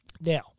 Now